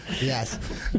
yes